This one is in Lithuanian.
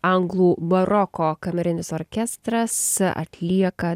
anglų baroko kamerinis orkestras atlieka